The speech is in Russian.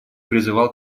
призывал